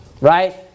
Right